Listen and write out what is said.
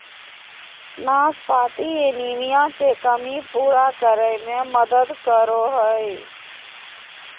नाशपाती एनीमिया के कमी पूरा करै में मदद करो हइ